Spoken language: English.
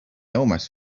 almost